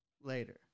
later